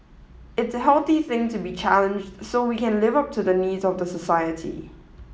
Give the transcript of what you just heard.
it's a healthy thing to be challenged so we can live up to the needs of the society